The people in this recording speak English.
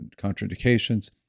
contraindications